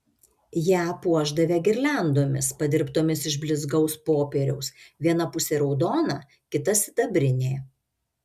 ją puošdavę girliandomis padirbtomis iš blizgaus popieriaus viena pusė raudona kita sidabrinė